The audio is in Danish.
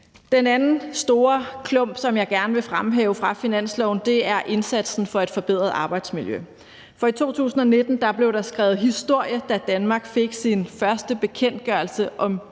Den anden store klump, som jeg gerne vil fremhæve fra finanslovsforslaget, er indsatsen for et forbedret arbejdsmiljø. For i 2019 blev der skrevet historie, da Danmark fik sin første bekendtgørelse om